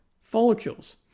follicles